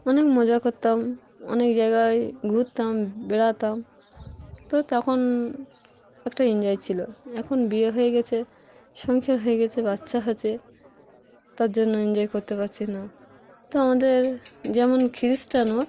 অনেক মজা করতাম অনেক জায়গায় ঘুরতাম বেড়াতাম তো তখন একটা এনজয় ছিলো এখন বিয়ে হয়ে গেছে সংখের হয়ে গেছে বাচ্চা হছে তার জন্য এনজয় করতে পারছি না তো আমাদের যেমন খ্রিস্টানও